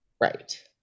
right